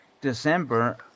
December